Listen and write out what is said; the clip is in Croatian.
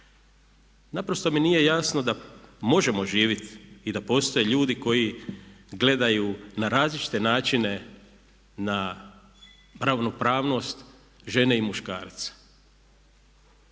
Naprosto mi nije jasno da možemo živjeti i da postoje ljudi koji gledaju na različite načine na ravnopravnost žene i muškarca.